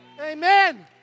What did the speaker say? Amen